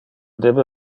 debe